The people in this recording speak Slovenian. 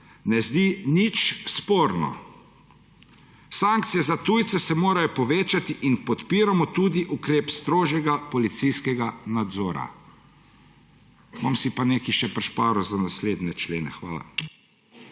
ne zdi nič sporno. Sankcije za tujce se morajo povečati in podpiramo tudi ukrep strožjega policijskega nadzora.